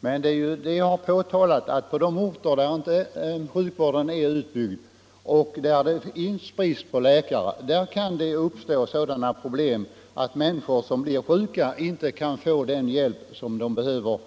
Men — och det är det jag har påtalat — på de orter där sjukvården inte är utbyggd och där det råder brist på läkare kan det uppstå problem så att människor som blir sjuka inte kan få den hjälp de behöver.